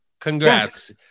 Congrats